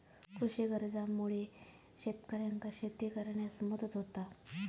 कृषी कर्जामुळा शेतकऱ्यांका शेती करण्यास मदत